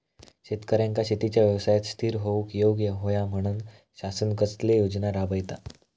शेतकऱ्यांका शेतीच्या व्यवसायात स्थिर होवुक येऊक होया म्हणान शासन कसले योजना राबयता?